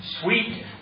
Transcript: sweet